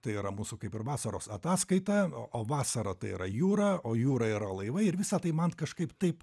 tai yra mūsų kaip ir vasaros ataskaita o vasara tai yra jūra o jūra yra laivai ir visa tai man kažkaip taip